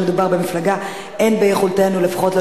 עכשיו עשית מזה פוליטיקה, זה מה שעשית.